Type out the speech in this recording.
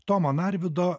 tomo narvydo